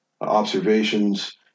observations